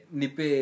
nipe